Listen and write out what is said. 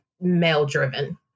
male-driven